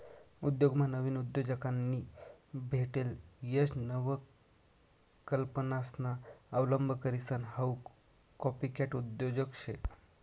उद्योगमा नाविन उद्योजकांनी भेटेल यश नवकल्पनासना अवलंब करीसन हाऊ कॉपीकॅट उद्योजक शे